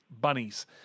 Bunnies